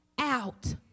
out